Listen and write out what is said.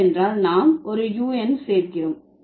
ஏனென்றால் நாம் ஒரு un சேர்க்கிறோம்